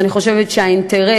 ואני חושבת שהאינטרס